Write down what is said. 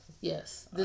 Yes